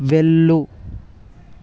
వెళ్ళు